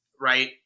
right